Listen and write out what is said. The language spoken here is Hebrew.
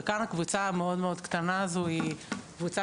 וכאן הקבוצה המאוד מאוד קטנה הזו היא קבוצה